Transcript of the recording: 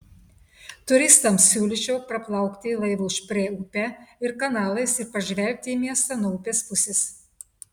turistams siūlyčiau praplaukti laivu šprė upe ir kanalais ir pažvelgti į miestą nuo upės pusės